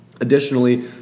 Additionally